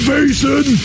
Basin